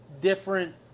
different